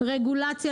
רגולציה,